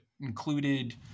included